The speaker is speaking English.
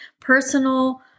personal